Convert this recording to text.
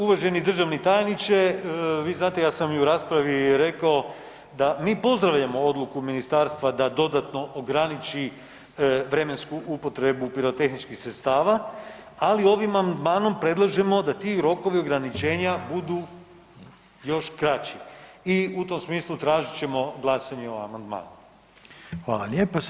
Uvaženi državni tajniče, vi znate ja sam i u raspravi rekao da mi pozdravljamo odluku ministarstva da dodatno ograniči vremensku upotrebu pirotehničkih sredstava, ali ovim amandmanom predlažemo da ti rokovi ograničenja budu još kraći i u tom smislu tražit ćemo glasanje o amandmanu.